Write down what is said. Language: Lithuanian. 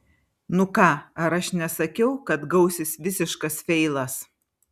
nu ką ar aš nesakiau kad gausis visiškas feilas